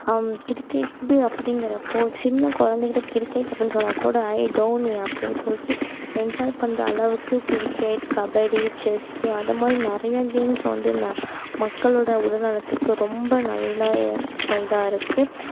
cricket அப்டிங்கிறப்போ சின்ன குழந்தைகிட்ட கிரிக்கெட் அப்டின்னு சொன்னால் கூட ஐ தோனி அப்டின்னு சொல்லிவிட்டு என்ஜாய் பண்ணுற அளவுக்கு கிரிக்கெட் கபடி செஸ் அதுமாரி நிறையா கேம்ஸ வந்து மக்களோட உடல்நலத்துக்கு ரொம்ப நல்ல இதாக இருக்கு